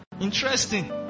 Interesting